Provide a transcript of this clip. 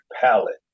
palette